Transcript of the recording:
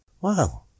Wow